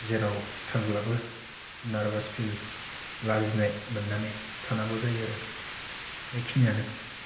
जेराव थांब्लाबो नारभास फिल लाजिनाय मोननानै थानांगौ जायो आरो बेखिनियानो